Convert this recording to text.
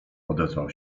odezwał